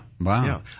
Wow